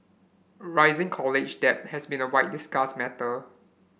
rising college debt has been a wide discussed matter